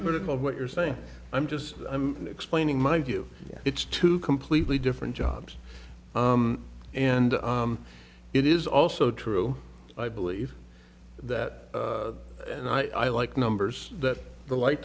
critical of what you're saying i'm just i'm explaining my view it's two completely different jobs and it is also true i believe that and i like numbers that the light